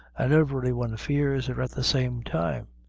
and every one fears her at the same time.